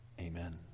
amen